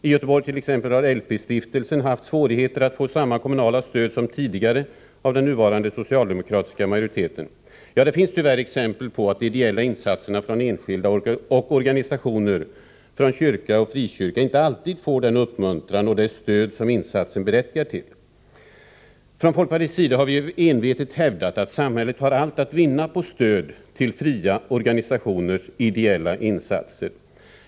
I Göteborg har t.ex. LP-stiftelsen haft svårigheter att få samma kommunala stöd som tidigare av den nuvarande socialdemokratiska majoriteten. Ja, det finns tyvärr exempel på att de ideella insatserna från enskilda och organisationer, från kyrka och frikyrka inte alltid får den uppmuntran och det stöd som insatsen berättigar till. Från folkpartiets sida har vi envetet hävdat att samhället har allt att vinna på stöd till fria organisationers ideella insatser.